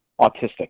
autistic